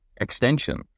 extension